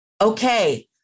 Okay